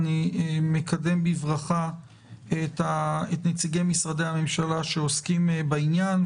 אני מקדם בברכה את נציגי משרדי הממשלה שעוסקים בעניין.